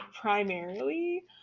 primarily